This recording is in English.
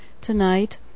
tonight